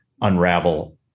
unravel